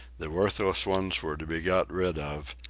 the worthless ones were to be got rid of,